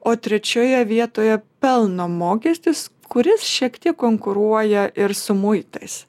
o trečioje vietoje pelno mokestis kuris šiek tiek konkuruoja ir su muitais